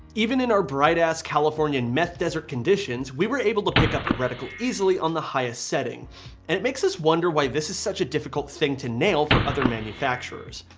even in our bright ass californian meth desert conditions. we were able to pick up reticle easily on the highest setting and it makes us wonder why this is such a difficult thing to nail for other manufacturers.